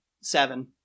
Seven